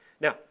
Now